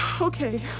Okay